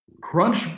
Crunch